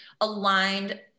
aligned